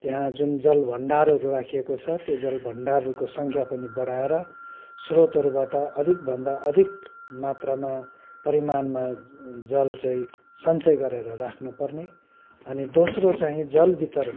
त्यहाँ जुन जल भण्डारहरू राखिएको छ त्यो जल भण्हडारहरूको सङ्ख्या पनि बढाएर स्रोतहरूबाट अधिकभन्दा अधिक मात्रामा परिमाणमा जल चाहिँ सञ्चय गरेर राख्नु पर्ने अनि दोस्रो चाहिँ जल वितरण